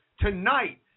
tonight